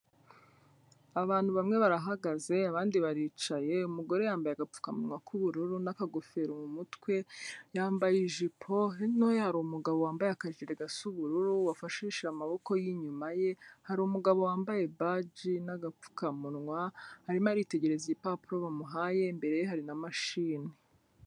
Abantu bamwe barahagaze abandi baricaye umugore yambaye agapfukamunwa k'ubururu n'akagofero mu mutwe, yambaye ijipo hino ye hari umugabo wambaye akajire gasa ubururu wafashishe amaboko ye inyuma ye, hari umugabo wambaye baji n'agapfukamunwa arimo aritegereza ibipapuro bamuhaye imbere ye hari na mashini.